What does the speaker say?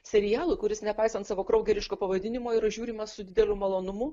serialų kuris nepaisant savo kraugeriško pavadinimo yar žiūrimas su dideliu malonumu